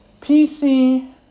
PC